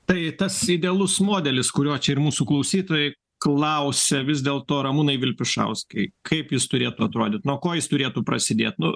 tai tas idealus modelis kurio čia ir mūsų klausytojai klausė vis dėlto ramūnai vilpišauskai kaip jis turėtų atrodyt nuo ko jis turėtų prasidėt nu